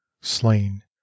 slain